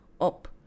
up